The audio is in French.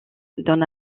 donne